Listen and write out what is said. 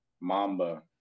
Mamba